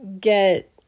get